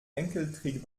enkeltrick